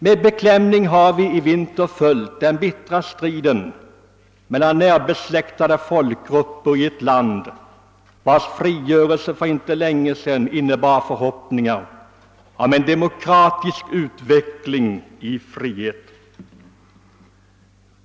Vi har i vinter med beklämning följt den bittra striden mellan närbesläktade folkgrupper i ett land vars frigörelse för inte så länge sedan innebar förhoppningar om en demokratisk utveckling i frihet.